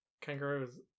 Kangaroos